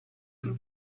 sul